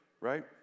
right